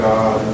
God